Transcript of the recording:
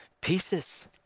pieces